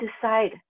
decide